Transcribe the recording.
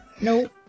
Nope